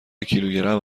کیلوگرم